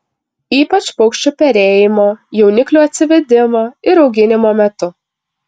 ypač paukščių perėjimo jauniklių atsivedimo ir auginimo metu